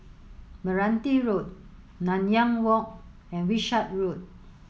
Meranti Road Nanyang Walk and Wishart Road